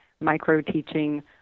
micro-teaching